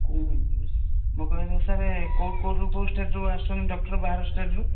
ମୁଁ କହିଲି ସାର୍ କୋଉ କୋଉଠୁ କୋଉ ଷ୍ଟେଟରୁ ଆସୁଛନ୍ତି ଡକ୍ଟର ବାହାର ଷ୍ଟେଟରୁ